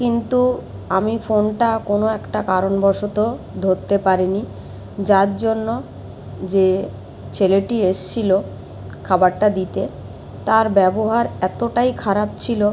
কিন্তু আমি ফোনটা কোনো একটা কারণবশত ধরতে পারিনি যার জন্য যে ছেলেটি এসেছিলো খাবারটা দিতে তার ব্যবহার এতোটাই খারাপ ছিলো